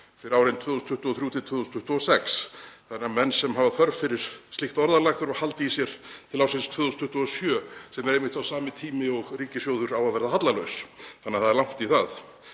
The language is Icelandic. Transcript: fyrir árin 2023–2026, þannig að menn sem hafa þörf fyrir slíkt orðalag þurfa að halda í sér til ársins 2027 sem er einmitt sá sami tími og ríkissjóður á að verða hallalaus, þannig að það er langt í það.